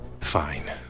Fine